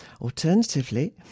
Alternatively